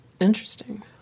Interesting